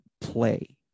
play